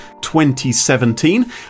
2017